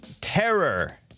terror